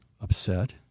upset